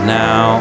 now